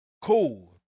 Cool